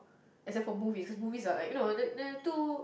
except for movies cause movie are like you know they are they are too